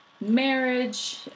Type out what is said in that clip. marriage